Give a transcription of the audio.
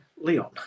Leon